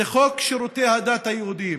חוק שירותי הדת היהודיים.